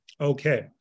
Okay